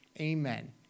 Amen